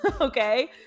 Okay